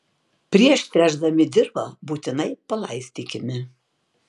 prieš tręšdami dirvą būtinai palaistykime